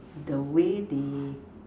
the way they